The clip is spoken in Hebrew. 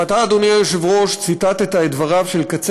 ואתה, אדוני היושב-ראש, ציטטת את דבריו של ק.